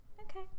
Okay